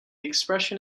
expression